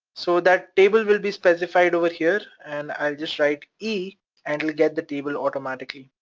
so that table will be specified over here and i'll just write e and it'll get the table automatically.